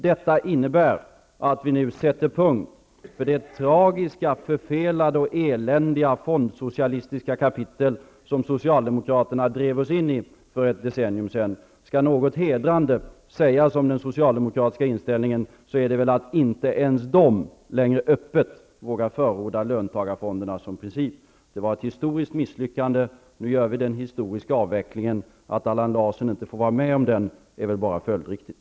Detta innebär att vi nu sätter punkt för det tragiska, förfelade och eländiga fondsocialistiska kapitel som Socialdemokraterna drev oss in i för ett decennium sedan. Skall något hedrande sägas om den socialdemokratiska inställningen, är det väl att inte ens socialdemokraterna längre öppet vågar förorda löntagarfonderna som princip. Det var ett historisk misslyckande. Nu gör vi den historiska avvecklingen. Att Allan Larsson inte får vara med om den är väl bara följdriktigt.